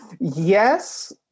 yes